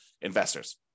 investors